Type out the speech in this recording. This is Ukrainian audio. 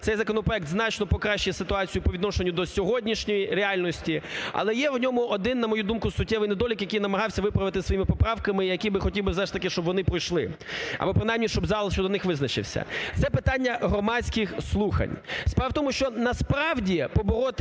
цей законопроект значно покращує ситуацію по відношенню до сьогоднішньої реальності. Але є в ньому один, на мою думку, суттєвий недолік, який я намагався виправити своїми поправками, які би хотів би зараз, щоб все ж таки вони пройшли, або принаймні щоб зал щодо них визначився, це питання громадських слухань. Справа в тому, що, насправді, побороти